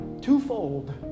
twofold